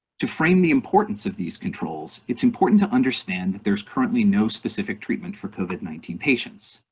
to frame the importance of these controls, it's important to understand that there's currently no specific treatment for covid nineteen patients.